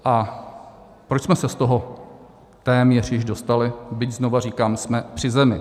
A proč jsme se z toho téměř již dostali, byť, znovu říkám, jsme při zemi?